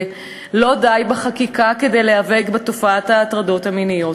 אין די בחקיקה כדי להיאבק בתופעת ההטרדות המיניות.